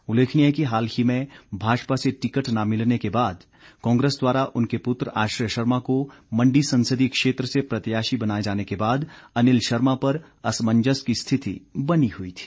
उल्लेखनीय है कि हाल ही में भाजपा से टिकट न मिलने के बाद कांग्रेस द्वारा उनके पुत्र आश्रय शर्मा को मण्डी संसदीय क्षेत्र से प्रत्याशी बनाए जाने के बाद अनिल शर्मा पर असमंजस की स्थिति बनी हुई थी